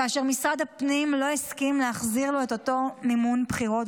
כאשר משרד הפנים לא הסכים להחזיר לו את אותו מימון בחירות.